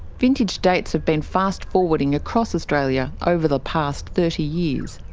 vintage dates have been fast-forwarding across australia over the past thirty years.